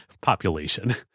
population